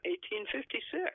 1856